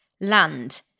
land